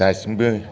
दासिमबो